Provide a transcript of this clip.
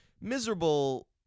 miserable